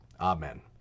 Amen